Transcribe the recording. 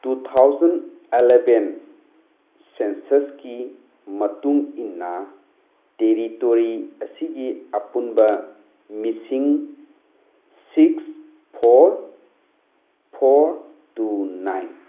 two thousand eleven ꯁꯦꯟꯁꯁꯀꯤ ꯃꯇꯨꯡꯏꯟꯅ territory ꯑꯁꯤꯒꯤ ꯑꯄꯨꯟꯕ ꯃꯤꯁꯤꯡ six four four two nine